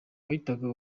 wahitaga